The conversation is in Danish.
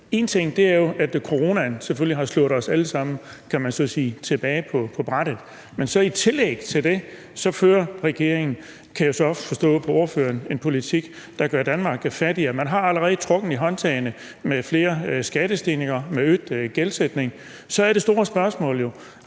man sige, men i tillæg til det fører regeringen så, kan jeg forstå på ordføreren, en politik, der gør Danmark fattigere. Man har allerede trukket i håndtagene med flere skattestigninger, med øget gældsætning. Så er det store spørgsmål